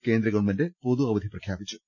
കേന്ദ്ര ഗവൺമെന്റ് പൊതു അവധി പ്രഖ്യാപിച്ചു